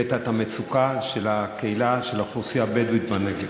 הבאת את המצוקה של הקהילה של האוכלוסייה הבדואית בנגב.